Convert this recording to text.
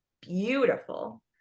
beautiful